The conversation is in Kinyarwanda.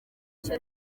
icyo